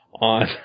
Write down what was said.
on